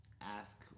ask